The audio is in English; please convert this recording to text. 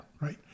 right